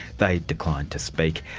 they declined to speak.